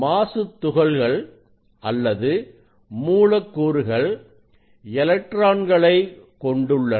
மாசுத் துகள்கள் அல்லது மூலக்கூறுகள் எலக்ட்ரான்களை கொண்டுள்ளன